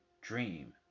dream